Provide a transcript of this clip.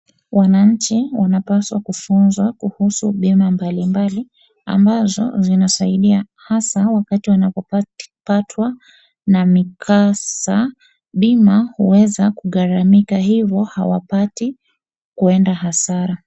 Wananchi wanapaswa kufunzwa bima mbalimbali. Ambazo zinasaidia hasa wakati wanapatwa na mikasa bima huweza kungalamika kwa hivyo wapati kuenda hasara.